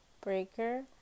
Breaker